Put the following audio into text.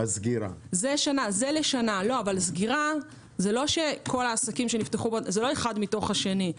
סגירה זה לא אחד מתוך השני.